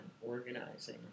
organizing